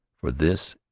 for this,